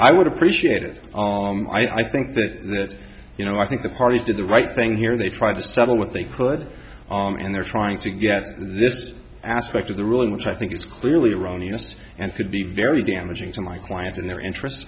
i would appreciate it i think that you know i think the parties did the right thing here they tried to settle what they could and they're trying to get this aspect of the rule in which i think it's clearly erroneous and could be very damaging to my clients and their interests